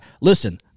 Listen